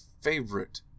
favorite